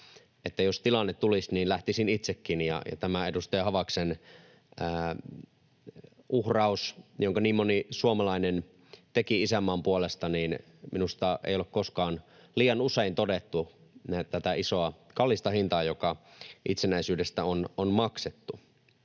jos tilanne tulisi, niin lähtisin itsekin. Ja tästä edustaja Havaksen uhrauksesta, jonka niin moni suomalainen teki isänmaan puolesta: minusta ei ole koskaan liian usein todettu tätä isoa, kallista hintaa, joka itsenäisyydestä on maksettu.